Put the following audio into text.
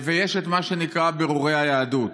יש מה שנקרא בירורי היהדות.